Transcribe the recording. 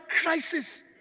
crisis